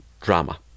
drama